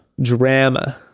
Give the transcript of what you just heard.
drama